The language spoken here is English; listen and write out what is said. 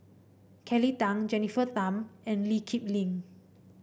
Kelly Tang Jennifer Tham and Lee Kip Lin